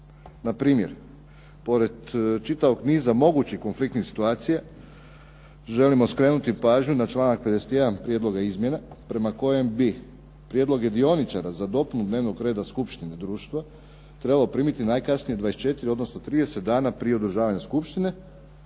Npr. pored čitavog niza mogućih konfliktnih situacija želimo skrenuti pažnju na članak 51. prijedloga izmjena prema kojem bi prijedloge dioničara za dopunu dnevnog reda skupštine društva trebalo primiti najkasnije 24, odnosno 30 dana prije održavanja skupštine,